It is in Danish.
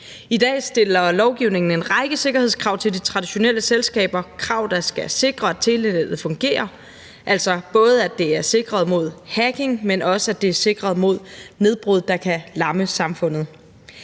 I dag stiller lovgivningen en række sikkerhedskrav til de traditionelle selskaber – krav, der skal sikre, at telenettet fungerer, altså både at det er sikret mod hacking, men også at det er sikret mod nedbrud, der kan lamme samfundet.